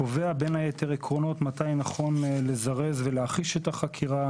קובע בין היתר עקרונות מתי נכון לזרז ולהחיש את החקירה,